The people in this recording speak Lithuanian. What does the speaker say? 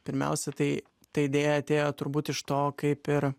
pirmiausia tai ta idėja atėjo turbūt iš to kaip ir